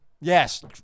yes